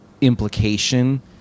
implication